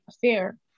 fair